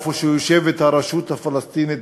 איפה שיושבת הרשות הפלסטינית,